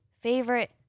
favorite